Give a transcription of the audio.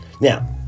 Now